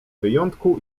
wyjątku